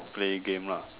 playing game lah